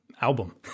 album